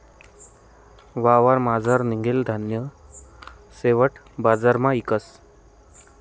वावरमझारलं निंघेल धान्य शेवट बजारमा इकतस